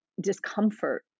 discomfort